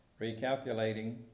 recalculating